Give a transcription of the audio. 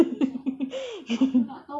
dia kill the ustaz you know